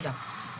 מטרות המחקר).